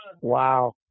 Wow